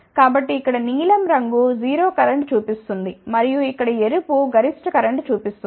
కాబట్టి ఇక్కడ నీలం రంగు 0 కరెంట్ చూపిస్తుంది మరియు ఇక్కడ ఎరుపు గరిష్ట కరెంట్ చూపిస్తుంది